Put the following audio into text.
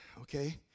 okay